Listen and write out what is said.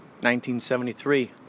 1973